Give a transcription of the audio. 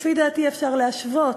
לפי דעתי אפשר להשוות,